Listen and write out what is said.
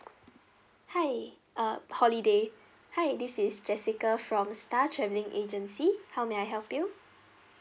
hi uh holiday hi this is jessica from star travelling agency how may I help you